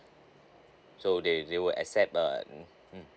so they they will accept uh mm